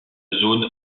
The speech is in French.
zone